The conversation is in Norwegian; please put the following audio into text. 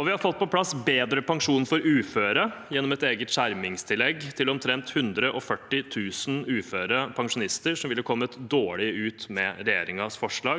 Vi har fått på plass bedre pensjon for uføre gjennom et eget skjermingstillegg til omtrent 140 000 uførepensjonister som ville kommet dårlig ut med regjeringens forslag,